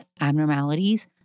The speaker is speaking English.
abnormalities